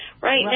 Right